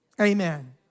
Amen